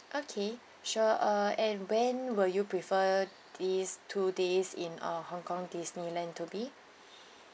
okay sure uh and when will you prefer these two days in uh hong kong Disneyland to be